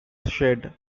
shed